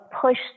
push